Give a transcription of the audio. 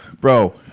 Bro